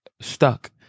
stuck